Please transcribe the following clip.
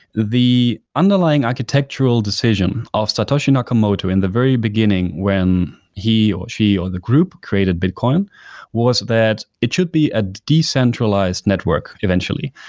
the underlying architectural decision of satoshi nakamoto in the very beginning when he or she or the group created bitcoin was that it should be ah decentralized network eventually.